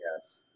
Yes